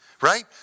Right